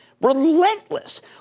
relentless